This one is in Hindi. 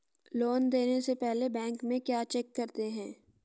लोन देने से पहले बैंक में क्या चेक करते हैं?